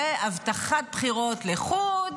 הבטחת בחירות לחוד,